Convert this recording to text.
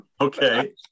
Okay